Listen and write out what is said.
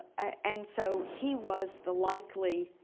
and so he was the likely